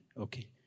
okay